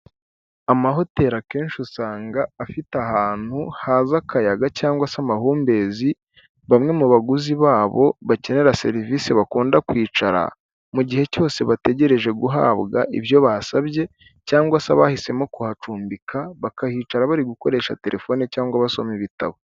Amahoteli akenshi usanga afite ahantu haza akayaga cyangwa se amahumbezi bamwe mu baguzi babo bakenera serivisi bakunda kwicara mu gihe cyose bategereje guhabwa ibyo basabye cyangwa se bahisemo kuhacumbika bakahicara bari gukoresha telefone cyangwa basoma ibitabo.